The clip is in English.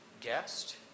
guest